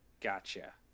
Gotcha